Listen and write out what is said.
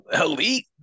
elite